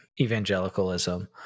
evangelicalism